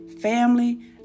family